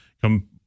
come